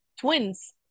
twins